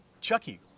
Chucky